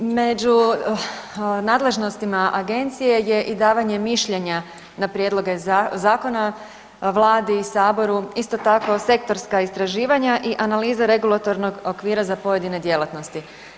Među nadležnostima agencije je i davanje mišljenja na prijedloge zakona Vladi i Saboru, isto tako sektorska istraživanja i analiza regulatornog okvira za pojedine djelatnosti.